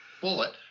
Bullet